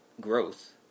growth